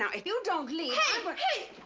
yeah if you don't leave hey!